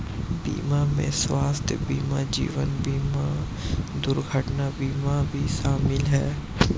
बीमा में स्वास्थय बीमा जीवन बिमा दुर्घटना बीमा भी शामिल है